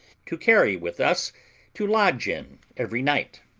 to carry with us to lodge in every night.